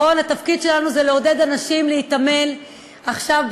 התפקיד שלנו זה לעודד אנשים להתעמל עכשיו,